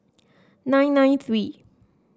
nine nine three